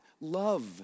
love